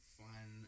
fun